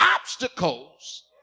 obstacles